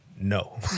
no